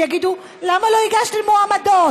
ויגידו: למה לא הגשתן מועמדות?